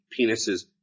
penises